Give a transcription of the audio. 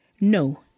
No